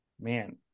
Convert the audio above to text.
Man